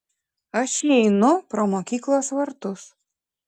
aš įeinu pro mokyklos vartus